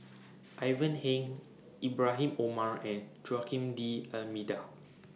Ivan Heng Ibrahim Omar and Joaquim D'almeida